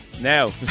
now